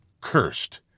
Cursed